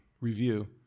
review